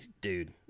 dude